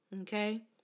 Okay